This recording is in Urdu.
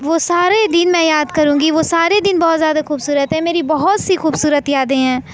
وہ سارے دن میں یاد کروں گی وہ سارے دن بہت زیادہ خوبصورت ہیں میری بہت سی خوبصورت یادیں ہیں